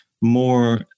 more